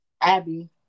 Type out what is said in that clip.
Abby